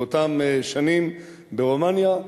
באותן שנים ברומניה,